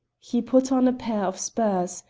he put on a pair of spurs,